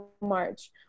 march